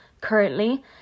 Currently